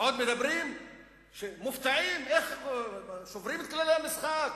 ועוד מופתעים איך שוברים את כללי המשחק,